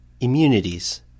Immunities